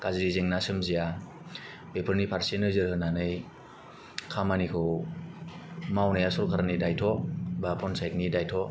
गाज्रि जेंना सोमजिया बेफोरनि फारसे नोजोर होनानै खामानिखौ मावनाया सरकारनि दायथ' बा पन्चायतनि दायथ'